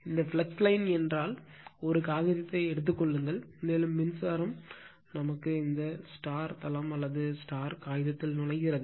இந்த flux line என்றால் ஒரு காகிதத்தை எடுத்துக் கொள்ளுங்கள் மேலும் மின்சாரம் தளம் அல்லது காகிதத்தில் நுழைகிறது